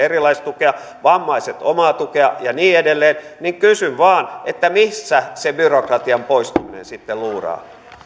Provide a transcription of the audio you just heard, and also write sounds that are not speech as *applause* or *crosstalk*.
*unintelligible* erilaista tukea vammaiset omaa tukea ja niin edelleen niin kysyn vain missä se byrokratian poistuminen sitten luuraa